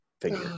figure